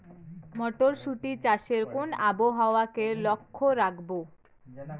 মটরশুটি চাষে কোন আবহাওয়াকে লক্ষ্য রাখবো?